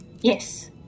Yes